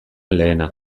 lehena